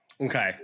Okay